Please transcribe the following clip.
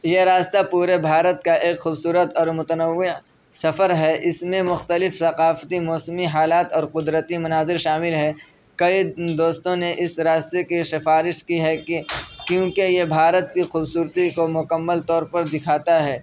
یہ راستہ پورے بھارت کا ایک خوبصورت اور متنوع سفر ہے اس میں مختلف ثقافتی موسمی حالات اور قدرتی مناظر شامل ہیں کئی دوستوں نے اس راستے کی شفارش کی ہے کہ کیونکہ یہ بھارت کی خوبصورتی کو مکمل طور پر دکھاتا ہے